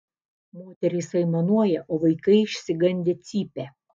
moterys aimanuoja o vaikai išsigandę cypia